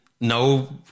no